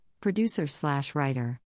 producer-slash-writer